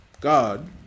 God